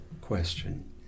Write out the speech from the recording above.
question